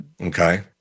okay